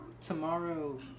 tomorrow